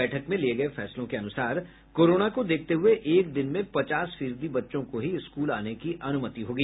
बैठक में लिये गये फैसलों के अनुसार कोरोना को देखते हुये एक दिन में पचास फीसदी बच्चों को ही स्कूल आने की अनुमति होगी